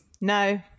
No